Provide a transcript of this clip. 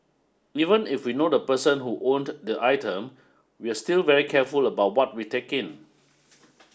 even if we know the person who owned the item we're still very careful about what we take in